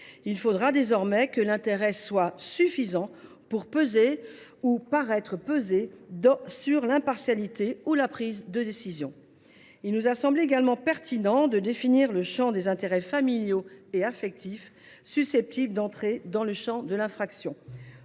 Il faudra désormais que l’intérêt soit « suffisant » pour peser ou paraître peser sur l’impartialité ou la prise de décision. Il nous a semblé également pertinent de définir les intérêts familiaux et affectifs susceptibles d’entrer dans le champ de l’infraction.